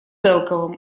целковым